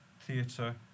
theatre